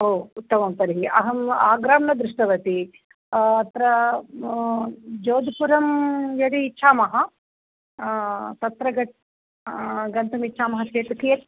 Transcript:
ओ उत्तमम् तर्हि अहम् आग्रां न दृष्टवती अत्र जोध्पुरं यदि इच्छामः तत्र ग गन्तुम् इच्छामः चेत् कियत्